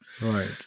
right